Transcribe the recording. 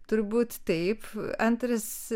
turbūt taip antras